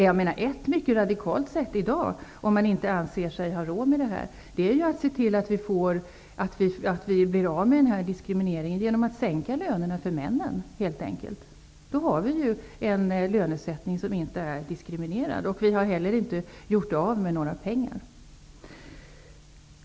Ett mycket radikalt sätt att bli av med den här diskrimineringen, om man i dag inte anser sig ha råd med en höjning av lönerna, är att sänka lönerna för männen. Då får vi en lönesättning som inte är diskriminerande. Vi har då inte heller gjort av med några pengar.